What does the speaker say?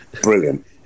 Brilliant